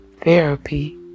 therapy